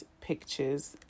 pictures